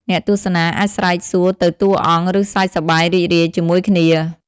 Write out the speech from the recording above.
អ្នកទស្សនាអាចស្រែកសួរទៅតួអង្គ ឬសើចសប្បាយរីករាយជាមួយគ្នា